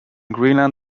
greenland